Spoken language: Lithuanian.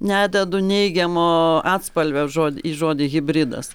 nededu neigiamo atspalvio žod į žodį hibridas